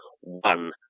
one